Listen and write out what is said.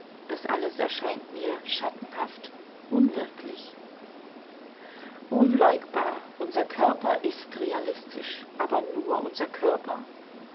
das alles erscheint mir schattenhaft unwirklich unleugbar unser körper ist realistisch aber nur unser körper